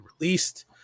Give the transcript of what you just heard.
released